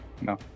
No